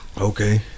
okay